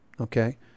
okay